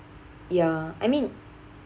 ya I mean